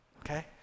okay